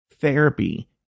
Therapy